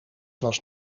was